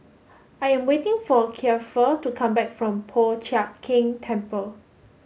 I am waiting for Kiefer to come back from Po Chiak Keng Temple